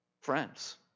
friends